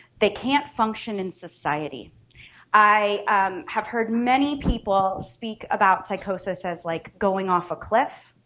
they can't function in society i have heard many people speak about psychosis as like going off a cliff.